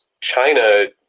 China